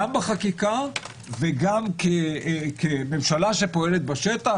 גם בחקיקה וגם כממשלה שפועלת בשטח,